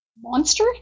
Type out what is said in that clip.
monster